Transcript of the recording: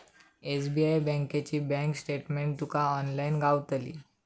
SBI बँकेची bank statement तुका online गावतली